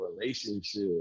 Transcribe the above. relationship